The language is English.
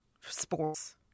sports